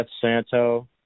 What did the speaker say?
Santo